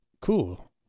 cool